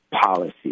policy